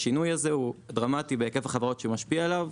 השינוי הזה דרמטי בהיקף החברות שהוא משפיע עליו,